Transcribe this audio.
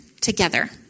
together